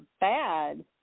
bad